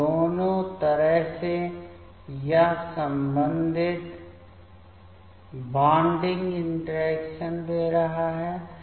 तो दोनों तरह से यह संबंधित बॉन्डिंग इंटरैक्शन दे रहा है